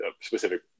specific